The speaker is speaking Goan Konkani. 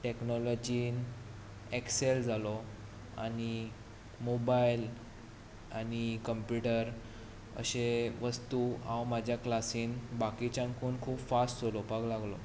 टॅक्नोलोजींत एक्सॅल जालो आनी मोबायल आनी कम्पयूटर अशो वस्तू हांव म्हज्या क्लासींत बाकीच्याकून खूब फास्ट चलोवपाक लागलो